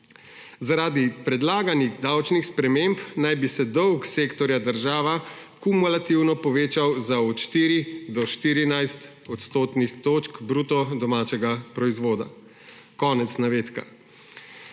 »Zaradi predlaganih davčnih sprememb naj bi se dolg sektorja država kumulativno povečal za od 4 do 14 odstotnih točk bruto domačega proizvoda.« Konec navedka. Torej